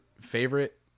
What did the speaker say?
favorite